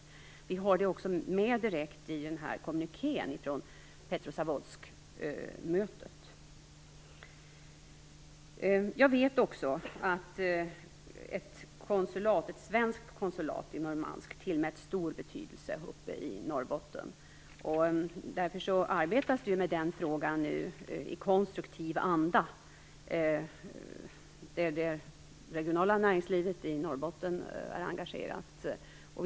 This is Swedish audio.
Frågan finns också med i kommunikén från Jag vet också att ett svenskt konsulat i Murmansk tillmäts stor betydelse uppe i Norrbotten. Därför arbetar man nu med frågan i konstruktiv anda. Det regionala näringslivet i Norrbotten är engagerat i frågan.